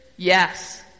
Yes